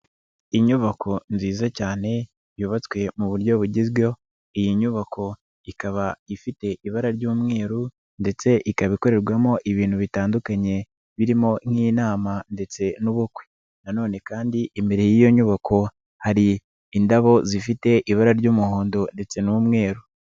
Inyubako nziza cyane yubatswe mu buryo bugezweho, iyi nyubako ikaba ifite ibara ry'umweru ndetse ikaba ikorerwamo ibintu bitandukanye birimo n'inama ndetse n'ubukwe nanone kandi imbere y'iyo nyubako hari indabo zifite ibara ry'umuhondo ndetse n'umweru.